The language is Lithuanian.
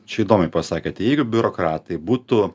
čia įdomiai pasakėt jeigu biurokratai būtų